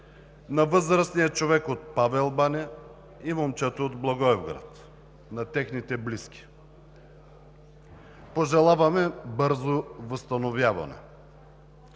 на възрастния човек от Павел баня и момчето от Благоевград, на техните близки. Пожелаваме им бързо възстановяване.